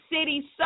city